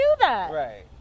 Right